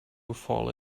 fall